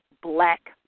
black